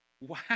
Wow